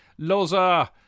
Loza